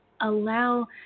allow